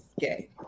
gay